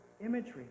imagery